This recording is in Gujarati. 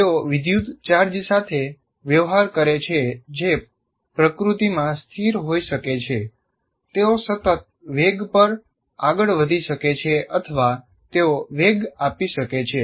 તેઓ વિદ્યુત ચાર્જ સાથે વ્યવહાર કરે છે જે પ્રકૃતિમાં સ્થિર હોઈ શકે છે તેઓ સતત વેગ પર આગળ વધી શકે છે અથવા તેઓ વેગ આપી શકે છે